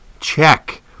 check